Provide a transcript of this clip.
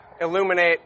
illuminate